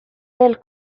del